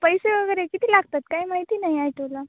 पैसे वगैरे किती लागतात काय माहिती नाही आहे तुला